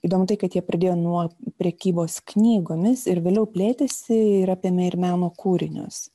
įdomu tai kad jie pradėjo nuo prekybos knygomis ir vėliau plėtėsi ir apėmė ir meno kūrinius